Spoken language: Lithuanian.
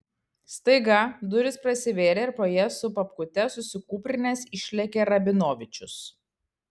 staiga durys prasivėrė ir pro jas su papkute susikūprinęs išlėkė rabinovičius